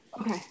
Okay